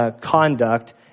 Conduct